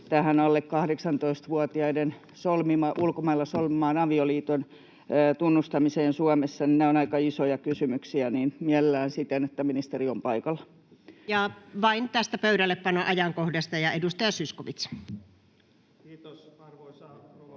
tähän alle 18-vuotiaiden ulkomailla solmiman avioliiton tunnustamiseen Suomessa. Nämä ovat aika isoja kysymyksiä, joten mielellään siten, että ministeri on paikalla. Nyt keskustellaan vain tästä pöydällepanoajankohdasta. — Edustaja Zyskowicz. Kiitos, arvoisa rouva